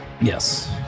Yes